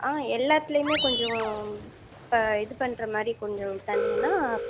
ஆ எல்லாத்துலேயுமே கொஞ்சம் இது பண்ணுற மாதிரி கொஞ்சம் தந்திங்கன்னால்